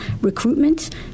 recruitment